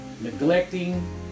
neglecting